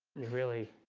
really